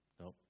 No